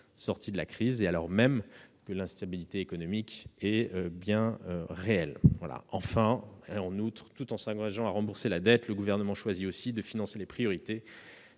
sortis de la crise et que l'instabilité économique est bien réelle. Enfin, tout en s'engageant à rembourser la dette, le Gouvernement choisit aussi de financer des priorités